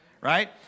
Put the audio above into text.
right